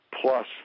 plus